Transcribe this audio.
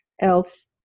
else